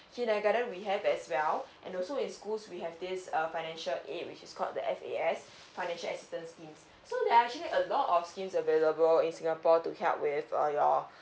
kindergarten we have as well and also in schools we have this uh financial aid which is called the F_A_S financial assistance scheme so there are actually a lot of scheme available in singapore to help with uh your